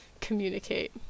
communicate